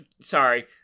Sorry